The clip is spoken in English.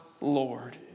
Lord